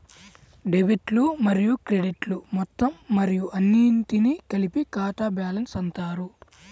డెబిట్లు మరియు క్రెడిట్లు మొత్తం మరియు అన్నింటినీ కలిపి ఖాతా బ్యాలెన్స్ అంటారు